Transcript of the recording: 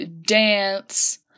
dance